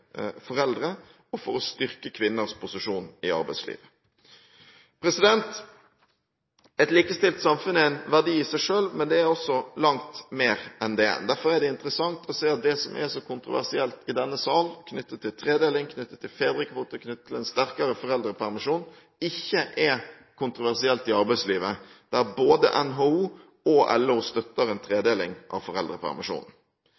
og for å styrke kvinners posisjon i arbeidslivet. Et likestilt samfunn er en verdi i seg selv, men det er også langt mer enn det. Derfor er det interessant å se at det som er så kontroversielt i denne sal knyttet til tredeling, knyttet til fedrekvote, knyttet til en sterkere foreldrepermisjon, ikke er kontroversielt i arbeidslivet, der både NHO og LO støtter en